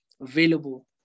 available